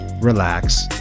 relax